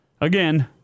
Again